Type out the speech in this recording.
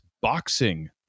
boxing